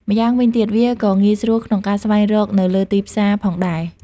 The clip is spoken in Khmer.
ម្យ៉ាងវិញទៀតវាក៏ងាយស្រួលក្នុងការស្វែងរកនៅលើទីផ្សារ ផងដែរ។